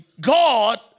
God